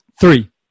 three